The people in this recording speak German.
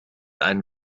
einen